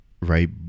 right